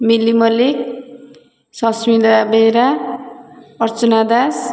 ମିଲି Mallick Sasmita Behera Archana Das